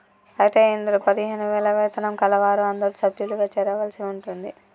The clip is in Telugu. అయితే ఇందులో పదిహేను వేల వేతనం కలవారు అందరూ సభ్యులుగా చేరవలసి ఉంటుంది